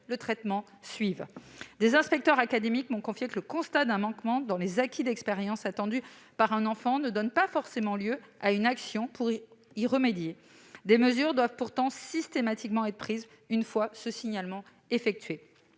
le traitement suive. Des inspecteurs académiques m'ont confié que le constat d'un manquement dans les acquis attendus d'un enfant ne donnait pas forcément lieu à une action pour y remédier. Des mesures doivent pourtant systématiquement être prises lorsqu'un signalement est effectué.